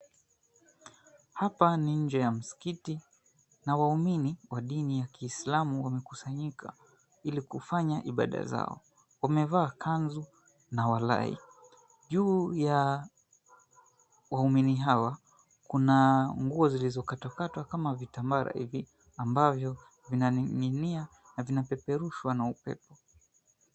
Hapa ni nje ya msikiti na waumini wa dini ya kiislamu wamekusanyika ili kufanya ibada zao. Wamevaa kanzu na walai. Juu ya waumini hawa, kuna nguo zilizokatwakatwa kama vitambara hivi ambavyo vinaning'inia na vinapeperushwa na upepo.